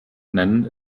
nennen